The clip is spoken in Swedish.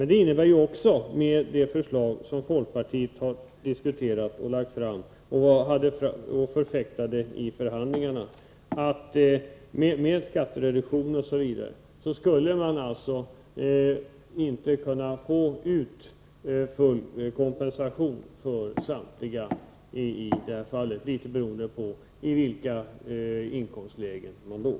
Det förslag som folkpartiet har lagt fram och diskuterat och förfäktade i förhandlingarna innebär att också med skattereduktionen osv. skulle man inte kunna få ut full kompensation för samtliga, litet beroende på i vilka inkomstlägen man låg.